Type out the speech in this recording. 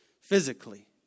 physically